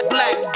Black